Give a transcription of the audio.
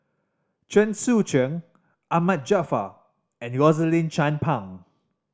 Chen Sucheng Ahmad Jaafar and Rosaline Chan Pang